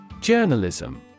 Journalism